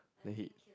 then he